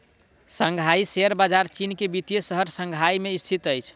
Shanghai share बजार चीन के वित्तीय शहर शंघाई में स्थित अछि